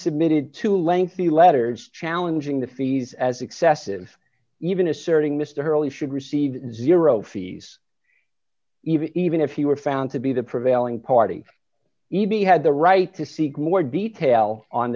submitted to lengthy letters challenging the fees as excessive even asserting mr hurley should receive zero fees even if he were found to be the prevailing party e b had the right to seek more detail on